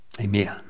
Amen